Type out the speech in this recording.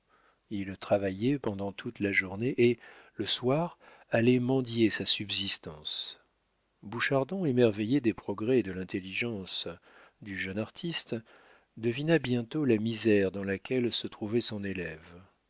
il travaillait pendant toute la journée et le soir allait mendier sa subsistance bouchardon émerveillé des progrès et de l'intelligence du jeune artiste devina bientôt la misère dans laquelle se trouvait son élève